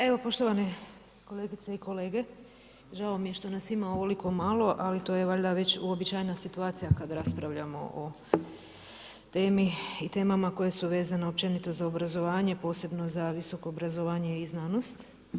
Evo poštovane kolegice i kolege, žao mi je što nas ima ovoliko malo, ali to je valjda već uobičajena situacija kad raspravljamo o temi i temama koje su vezane općenito za obrazovanje, posebno za visoko obrazovanje i znanost.